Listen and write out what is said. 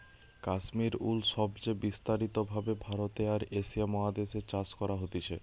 Kashmir wool সবচে বিস্তারিত ভাবে ভারতে আর এশিয়া মহাদেশ এ চাষ করা হতিছে